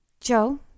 Joe